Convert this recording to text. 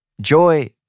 Joy